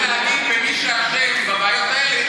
יכולת להגיד שמי שאשם בבעיות האלה,